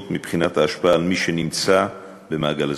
מבחינת ההשפעה על מי שנמצא במעגל הזנות.